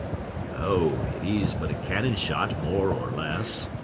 oh, it is but a cannon-shot more or less!